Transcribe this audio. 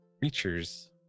creatures